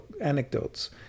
anecdotes